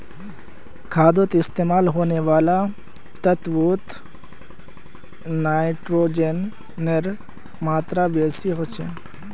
खादोत इस्तेमाल होने वाला तत्वोत नाइट्रोजनेर मात्रा बेसी होचे